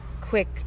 Quick